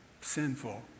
sinful